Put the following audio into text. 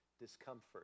discomfort